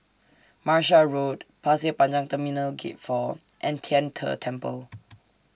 Martia Road Pasir Panjang Terminal Gate four and Tian Te Temple